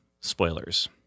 spoilers